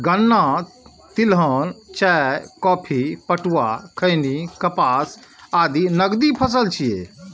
गन्ना, तिलहन, चाय, कॉफी, पटुआ, खैनी, कपास आदि नकदी फसल छियै